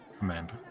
Amanda